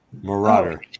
Marauder